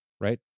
right